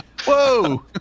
Whoa